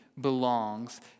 belongs